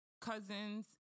cousins